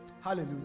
hallelujah